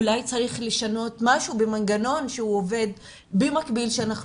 אולי צריך לשנות משהו במנגנון שהוא עובד במקביל שאנחנו